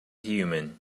human